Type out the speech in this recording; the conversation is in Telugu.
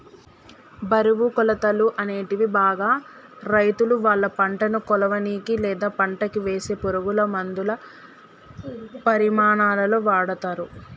బరువు, కొలతలు, అనేటివి బాగా రైతులువాళ్ళ పంటను కొలవనీకి, లేదా పంటకివేసే పురుగులమందుల పరిమాణాలలో వాడతరు